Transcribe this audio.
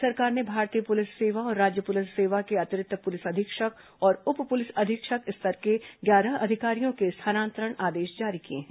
राज्य सरकार ने भारतीय पुलिस सेवा और राज्य पुलिस सेवा के अतिरिक्त पुलिस अधीक्षक और उप पुलिस अधीक्षक स्तर के ग्यारह अधिकारियों के स्थानांतरण आदेश जारी किए हैं